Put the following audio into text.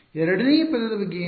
ಎರಡನೇ ಪದದ ಬಗ್ಗೆ ಏನು